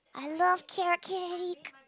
I love carrot cake